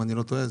אם אני לא טועה,